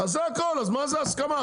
אז מה זה הסכמה?